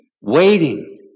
waiting